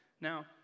Now